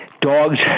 dogs